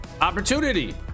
opportunity